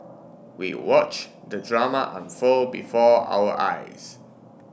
we watch the drama unfold before our eyes